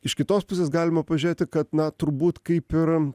iš kitos pusės galima pažiūrėti kad na turbūt kaip ir